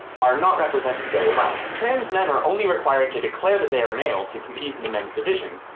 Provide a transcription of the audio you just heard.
are not represented very well. trans men are only required to declare that they are male to compete in the men's division,